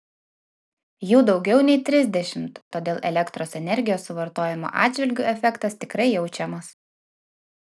jų daugiau nei trisdešimt todėl elektros energijos suvartojimo atžvilgiu efektas tikrai jaučiamas